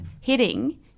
hitting